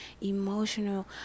emotional